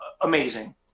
amazing